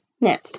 now